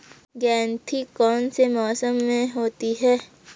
गेंठी कौन से मौसम में होती है?